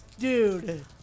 Dude